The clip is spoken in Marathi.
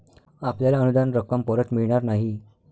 आपल्याला अनुदान रक्कम परत मिळणार नाही